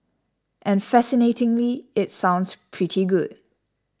and fascinatingly it sounds pretty good